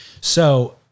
So-